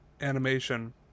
animation